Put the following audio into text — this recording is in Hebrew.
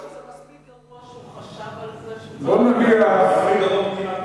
מספיק גרוע שהוא חשב על זה שהוא צריך להסיט וילון?